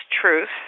truth